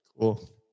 Cool